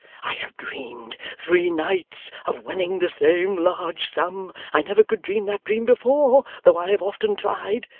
i have dreamed, three nights, of winning the same large sum, i never could dream that dream before, though i have often tried.